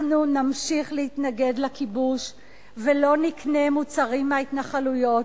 אנחנו נמשיך להתנגד לכיבוש ולא נקנה מוצרים מההתנחלויות.